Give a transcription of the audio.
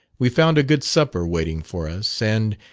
we found a good supper waiting for us and,